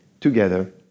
together